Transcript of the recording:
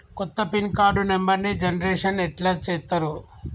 కొత్త pin card నెంబర్ని generation ఎట్లా చేత్తరు?